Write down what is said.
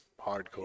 hardcore